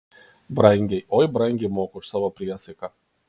brangiai oi brangiai moku už savo priesaiką